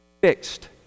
fixed